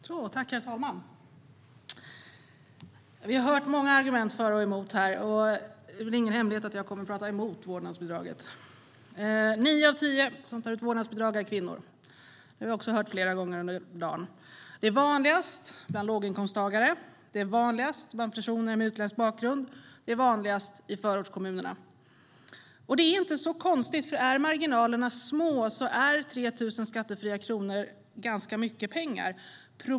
Herr talman! Vi har hört många argument för och emot vårdnadsbidraget, och det är ingen hemlighet att jag kommer att tala emot vårdnadsbidraget. Nio av tio som tar ut vårdnadsbidrag är kvinnor. Det har vi också hört flera gånger under dagen. Det är vanligast bland låginkomsttagare, bland personer med utländsk bakgrund och i förortskommunerna. Det är inte så konstigt. Om marginalerna är små är 3 000 skattefria kronor mycket pengar.